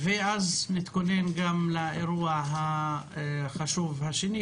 ואז נתכונן לאירוע החשוב השני,